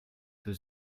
für